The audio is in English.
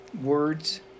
words